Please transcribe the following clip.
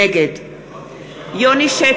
נגד (קוראת בשמות חברי הכנסת) יוני שטבון,